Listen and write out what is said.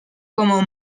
como